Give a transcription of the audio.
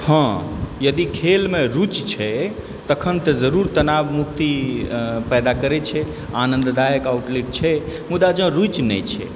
हँ यदि खेलमे रूचि छै तखन तऽ जरूर तानवमुक्ति पैदा करै छै आनन्ददायक आउटलेट छै मुदा जँ रुचि नहि छै